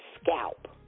scalp